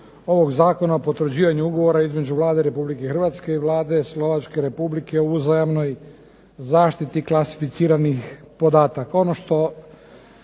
ovog zakona o potvrđivanju Ugovora između Vlade Republike Hrvatske i Vlade Slovačke Republike o uzajamnoj zaštiti klasificiranih podataka.